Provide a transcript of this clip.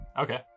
Okay